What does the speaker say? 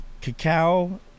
Cacao